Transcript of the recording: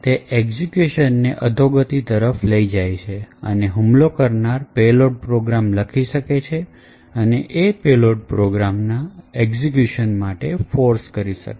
તે એક્ઝિક્યુશન ને અધોગતિ તરફ લઈ જાય છે અને હુમલો કરનાર પેલોડ પ્રોગ્રામ લખી શકે અને એ પેલો ડ પ્રોગ્રામના એજ્યુકેશન માટે ફોર્સ કરી શકે